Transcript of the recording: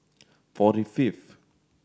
forty fifth